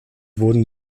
wurden